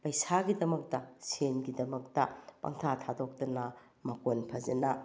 ꯄꯩꯁꯥꯒꯤꯗꯃꯛꯇ ꯁꯦꯜꯒꯤꯗꯃꯛꯇ ꯄꯪꯊꯥ ꯊꯥꯗꯣꯛꯇꯅ ꯃꯀꯣꯟ ꯐꯖꯅ